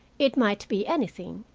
it might be anything,